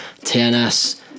TNS